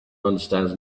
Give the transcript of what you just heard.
understands